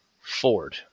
Ford